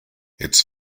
its